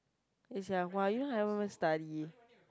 is like !wah! you know I haven't even study